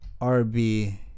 RB